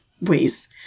ways